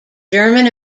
german